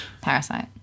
Parasite